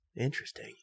Interesting